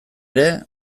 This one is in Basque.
ere